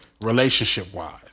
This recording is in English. relationship-wise